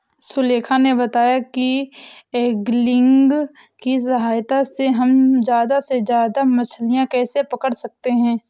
सुलेखा ने बताया कि ऐंगलिंग की सहायता से हम ज्यादा से ज्यादा मछलियाँ कैसे पकड़ सकते हैं